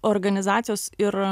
organizacijos ir